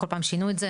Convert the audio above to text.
כל פעם שינו את זה.